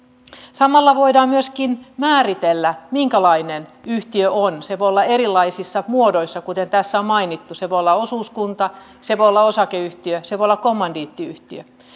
samalla voidaan myöskin määritellä minkälainen yhtiö on se voi olla erilaisissa muodoissa kuten tässä on mainittu se voi olla osuuskunta se voi olla osakeyhtiö se voi olla kommandiittiyhtiö